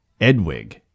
Edwig